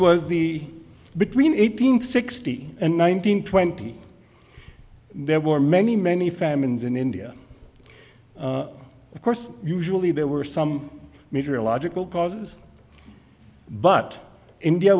was the between eight hundred sixty and nineteen twenty there were many many famines in india of course usually there were some meterological causes but india